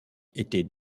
étaient